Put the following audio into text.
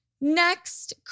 next